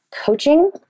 Coaching